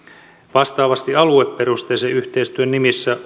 vastaavasti alueperusteisen yhteistyön nimissä